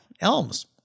Elms